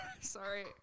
Sorry